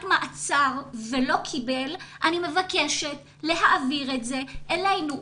מעצר ולא קיבל אני מבקשת להעביר את זה אלינו.